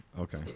Okay